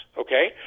okay